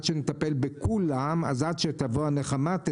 כולם רגליים קרות,